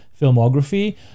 filmography